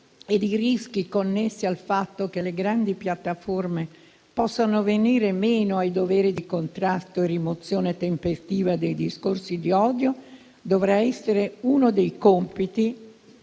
ed i rischi connessi al fatto che le grandi piattaforme possano venire meno ai doveri di contrasto e rimozione tempestiva dei discorsi di odio dovrà essere uno dei compiti